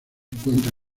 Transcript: encuentra